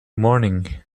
morning